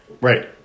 Right